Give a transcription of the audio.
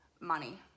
money